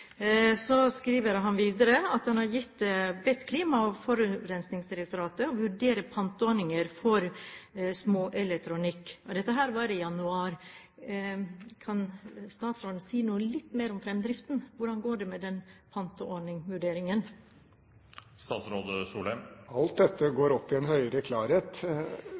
videre at han «har bedt Klima- og forurensningsdirektoratet å vurdere panteordning på små elektronikkprodukter». Dette var i januar. Kan statsråden si noe mer om fremdriften? Hvordan går det med vurderingen av den panteordningen? Alt dette går opp i en høyere klarhet,